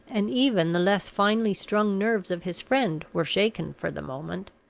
and even the less finely strung nerves of his friend were shaken for the moment.